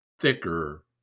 thicker